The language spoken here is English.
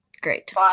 great